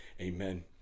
amen